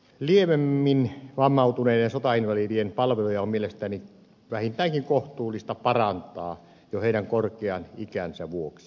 lievemmin vammautuneiden sotainvalidien palveluja on mielestäni vähintäänkin kohtuullista parantaa jo heidän korkean ikänsä vuoksi